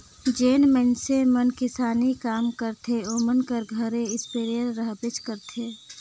जेन मइनसे मन किसानी काम करथे ओमन कर घरे इस्पेयर रहबेच करथे